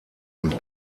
und